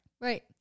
Right